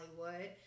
Hollywood